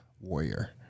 warrior